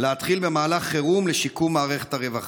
להתחיל במהלך חירום לשיקום מערכת הרווחה.